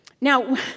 Now